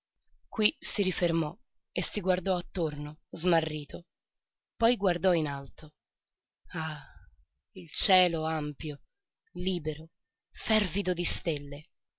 qui si rifermò e si guardò attorno smarrito poi guardò in alto ah il cielo ampio libero fervido di stelle